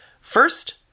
First